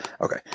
Okay